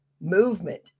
movement